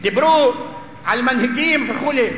דיברו על מנהיגים וכו'.